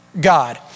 God